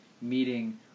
meeting